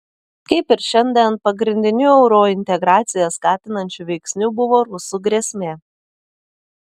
kaip ir šiandien pagrindiniu eurointegraciją skatinančiu veiksniu buvo rusų grėsmė